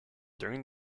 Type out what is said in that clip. during